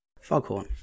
Foghorn